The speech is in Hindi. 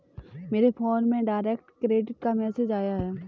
मेरे फोन में डायरेक्ट क्रेडिट का मैसेज आया है